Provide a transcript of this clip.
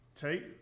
take